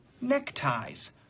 neckties